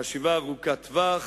חשיבה ארוכת טווח